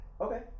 Okay